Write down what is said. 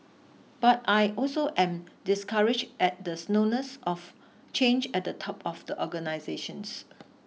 but I also am discouraged at the slowness of change at the top of the organisations